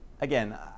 again